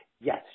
Yes